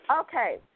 Okay